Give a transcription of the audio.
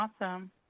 Awesome